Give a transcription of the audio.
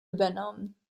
übernommen